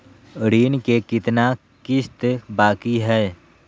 ऋण के कितना किस्त बाकी है?